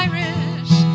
Irish